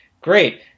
Great